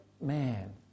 man